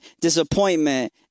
disappointment